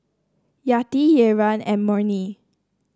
Yati Rayyan and Murni